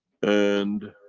and,